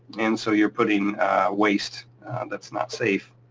and so you're putting waste that's not safe,